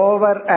Over